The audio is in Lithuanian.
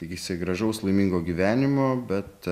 tikisi gražaus laimingo gyvenimo bet